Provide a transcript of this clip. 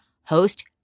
host